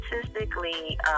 statistically